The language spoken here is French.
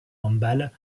handball